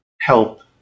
help